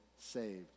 saved